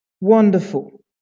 Wonderful